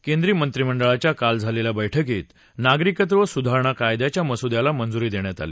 केंद्रिय मंत्रीमंडळाच्या काल झालेल्या बैठकीत नागरिकत्व सुधारणा कायद्याच्या मसुद्याला मंजूरी देण्यात आली